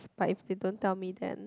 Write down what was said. but if they don't tell me then